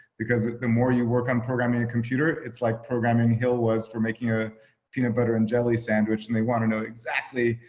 because the more you work on programming and computer, it's like programming, hill was for making a peanut butter and jelly sandwich, and they want to know exactly,